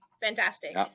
Fantastic